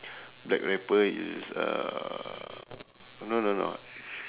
black rapper it's uh no no no